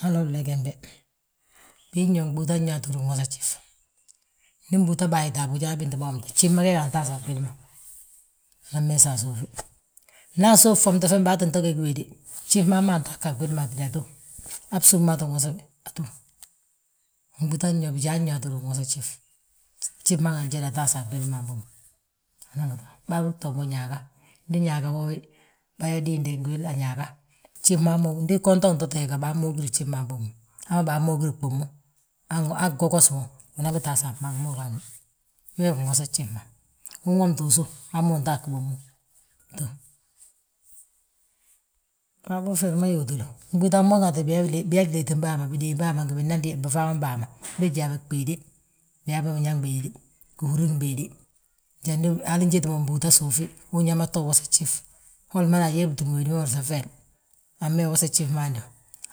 Haloolay gembe, binyo gbúutan yo aa ttúur ginwosa gjif, ndu nbúuta bayite a boja, anbinti womte gjif ge geegi antaaste a bbil ma anan meesa a suufi. Nda asów ffomte fembe, aa tti to gegi wéde, gjif ma hamma antaasga a gwili ma hatíde atów. Han bsúmaa tti wosa bi, atów. Gbúutan yo bijaan yo aa ttúur ginwosa gjif, gjif ma ga anjédi ataas ga a gwili a habo agina gi to. Bâabé too mbo, ñaaga, ndi ñaaga woowi, bâyaa diinde ngi wili a ñaaga. Gjif ma ndi gunton nto teega baa mmoogir gjif ma habo, habo baammoogir gbómmu, han gwogos mo, unan gi taas a fmangi ma ugaadni, wee wi gí ginwosa gjif ma. Unwomti usów uu ttin wosa gjif, hama untaasgi bommu utów. Waabo feri ma yuutulu, gbúuta ma ŋatu biyaa, gliitim bàa ma, bidéem bâa ma ngi bifaamam bàa ma bég yaa ɓéede, biyaabà biñaŋ béede, gihúrim béede. Njandi hali njeti mo mbúuta suufi, unyaa ma to wosa gjif, holi ma fo ayaa bitúm wédi ma odisafel, amma yaa wosa gjif ma hando,